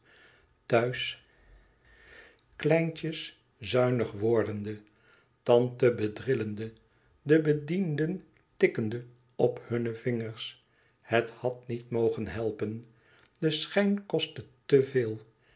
thuis kleintjes zuinig wordende tante bedrillende de bedienden tikkende op hunne vingers het had niet mogen helpen de schijn kostte